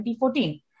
2014